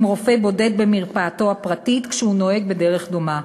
רופא בודד במרפאתו הפרטית כשהוא נוהג בדרך דומה.